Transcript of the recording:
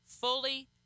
fully